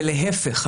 ולהפך,